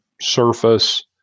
surface